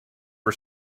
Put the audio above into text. for